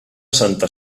santa